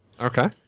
Okay